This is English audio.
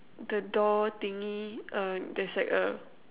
the door thingy uh there's like a